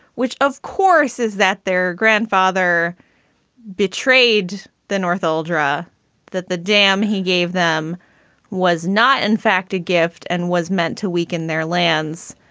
which of course, is that their grandfather betrayed the north al-dura, that that the dam he gave them was not in fact a gift, and was meant to weaken their lands.